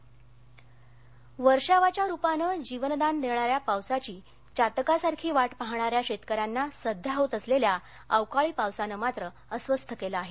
पीक नकसान वर्षावाच्या रूपानं जीवनदान देणाऱ्या पावसाची चातकासारखी वाट पाहणाऱ्या शेतकऱ्यांना सध्या होत असलेल्या अवकाळी पावसानं मात्र अस्वस्थ केलं आहे